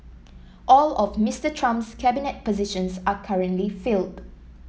all of Mister Trump's cabinet positions are currently filled